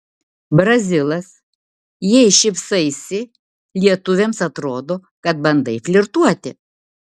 brazilas jei šypsaisi lietuvėms atrodo kad bandai flirtuoti